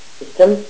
system